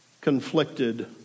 conflicted